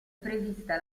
prevista